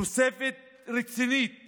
תוספת רצינית